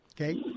okay